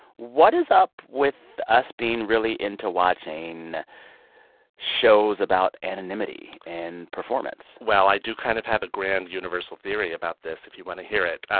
what is up with us being really into watching shows about anonymity and performance? well, i do kind of have a grand universal theory about this if you want to hear it.